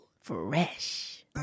Fresh